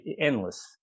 endless